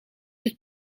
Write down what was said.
het